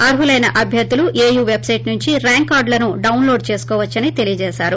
అర్హులైన అభ్వర్దులు AU website నుంచి ర్యాంక్ కార్దులను డొన్లోడ్ చేసుకోవచ్చని తెలియజేశారు